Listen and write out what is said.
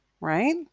Right